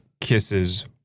kisses